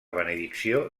benedicció